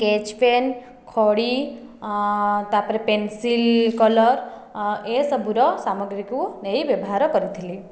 sketch pen ଖଡ଼ି ତା'ପରେ pencil colour ଏହିସବୁର ସାମଗ୍ରୀକୁ ନେଇ ବ୍ୟବହାର କରିଥିଲି